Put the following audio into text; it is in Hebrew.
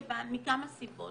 מכמה סיבות.